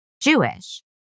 Jewish